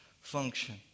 function